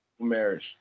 marriage